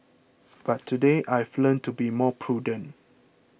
but today I've learnt to be more prudent